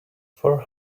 four